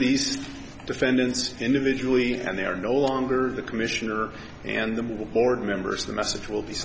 these defendants individually and they are no longer the commissioner and the board members the message will be